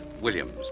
Williams